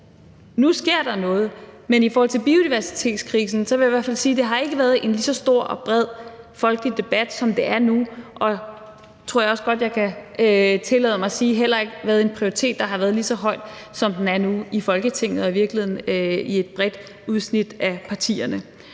Nu sker der noget, men i forhold til biodiversitetskrisen vil jeg i hvert fald sige, at der ikke har været en lige så stor og bred folkelig debat, som der er nu. Og jeg tror også godt, at jeg kan tillade mig at sige, at det heller ikke har været en prioritet, som har været lige så høj, som den er nu i Folketinget og i virkeligheden i et bredt udsnit af partierne.